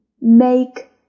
make